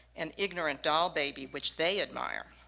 an ignorant doll baby which they admire.